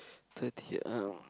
thirty um